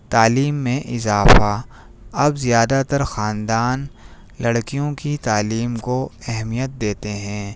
تعلیم میں اضافہ اب زیادہ تر خاندان لڑکیوں کی تعلیم کو اہمیت دیتے ہیں